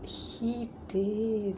he did